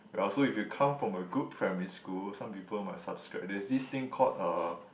well so if you come from a good primary school some people might subscribe there's this thing called uh